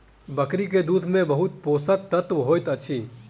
बकरी के दूध में बहुत पोषक तत्व होइत अछि